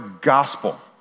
gospel